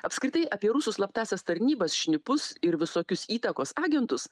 apskritai apie rusų slaptąsias tarnybas šnipus ir visokius įtakos agentus